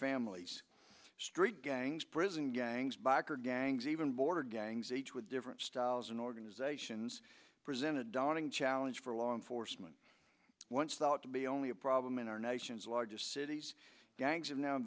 families street gangs prison gangs biker gangs even border gangs each with different styles and organizations presented daunting challenge for long forstmann once thought to be only a problem in our nation's largest cities gangs have now